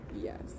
yes